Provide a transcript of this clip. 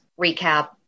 recap